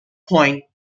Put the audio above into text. point